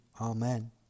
Amen